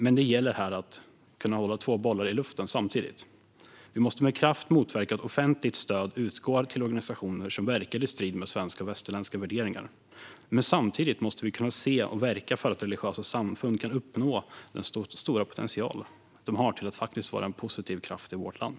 Men det gäller att kunna hålla två bollar i luften samtidigt. Vi måste med kraft motverka att offentligt stöd utgår till organisationer som verkar i strid med svenska och västerländska värderingar, men samtidigt måste vi kunna se och verka för att religiösa samfund kan uppnå den stora potential de har till att vara en positiv kraft i vårt land.